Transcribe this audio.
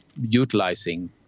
utilizing